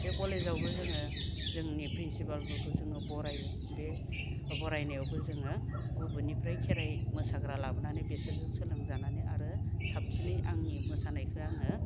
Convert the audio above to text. बे कलेजआवबो जोङो जोंनि प्रिन्सिपालफोरखौ जोङो बरायो बे बरायनायावबो जोङो गुबुननिफ्राय खेराइ मोसाग्रा लाबोनानै बेसोरजों सोलों जानानै आरो साबसिनै आंनि मोसानायखौ आङो